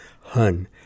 hun